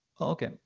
Okay